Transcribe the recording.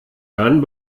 dann